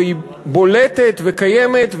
והיא בולטת וקיימת,